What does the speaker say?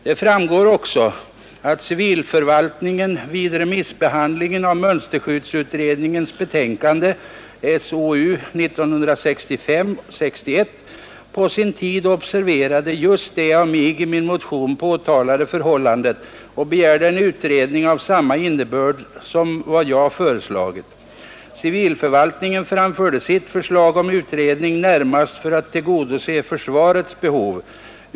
Det framgår också att civilförvaltningen vid remissbehandlingen av mönsterskyddsutredningens betänkande — SOU 1965:61 — på sin tid observerade just det av mig i min motion påtalade förhållandet och begärde en utredning av samma innebörd som den jag föreslagit. Civilförvaltningen framförde sitt förslag om utredning närmast för att tillgodose försvarets behov.